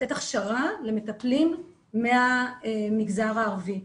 לתת הכשרה למטפלים מהמגזר הערבי.